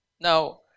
Now